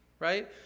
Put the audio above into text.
Right